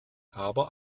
aber